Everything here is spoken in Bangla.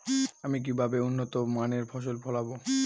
আমি কিভাবে উন্নত মানের ফসল ফলাবো?